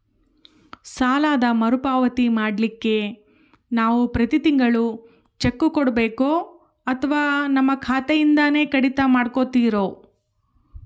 ಸಾಲದ ಮರುಪಾವತಿ ಮಾಡ್ಲಿಕ್ಕೆ ನಾವು ಪ್ರತಿ ತಿಂಗಳು ಚೆಕ್ಕು ಕೊಡಬೇಕೋ ಅಥವಾ ನಮ್ಮ ಖಾತೆಯಿಂದನೆ ಕಡಿತ ಮಾಡ್ಕೊತಿರೋ?